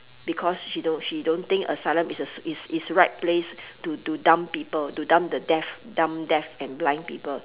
because she don't she don't think asylum is a is is right place to to dump people to dump the dead dump deaf and blind people